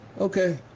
Okay